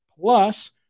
Plus